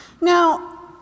Now